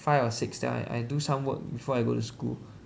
five or six then I I do some work before I go to school